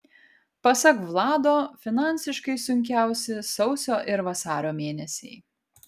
pasak vlado finansiškai sunkiausi sausio ir vasario mėnesiai